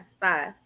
five